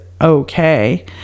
okay